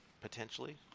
potentially